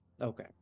Okay